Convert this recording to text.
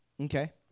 Okay